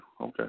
Okay